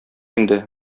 инде